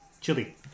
Chili